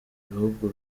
bihugu